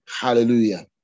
Hallelujah